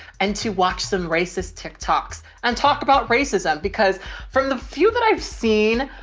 and to watch some racist tiktoks and talk about racism because from the few that i've seen,